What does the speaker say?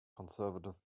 conservative